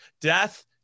Death